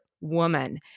Woman